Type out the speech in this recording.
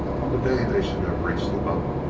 on the day they should have reached the boat,